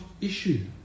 issue